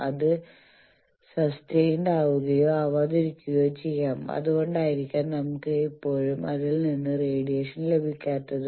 അത് സസ്റ്റൈൻഡ് ആവുകയോ ആവാതിരിക്കുകയോ ചെയാം അതുകൊണ്ടായിരിക്കാം നമുക്ക് എപ്പോഴും അതിൽ നിന്ന് റേഡിയേഷൻ ലഭിക്കാത്തത്